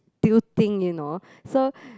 tilting you know so